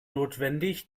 notwendig